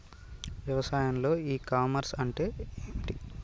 వ్యవసాయంలో e commerce అంటే ఏమిటి?